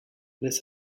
this